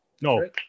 No